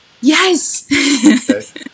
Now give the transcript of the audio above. yes